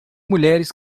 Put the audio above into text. mulheres